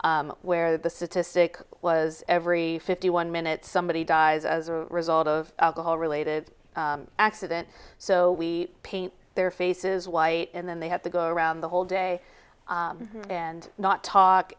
where the statistic was every fifty one minutes somebody dies as a result of alcohol related accident so we paint their faces white and then they have to go around the whole day and not talk